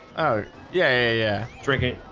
oh, yeah. yeah drinking.